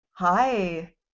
Hi